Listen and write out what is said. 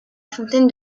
fontaine